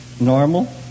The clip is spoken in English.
normal